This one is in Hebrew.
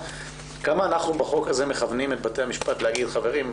כמה בחוק הזה אנחנו מכוונים את בתי המשפט להגיד: חברים,